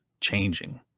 changing